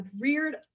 reared